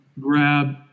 grab